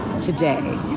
today